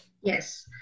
Yes